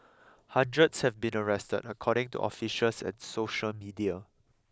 hundreds have been arrested according to officials and social media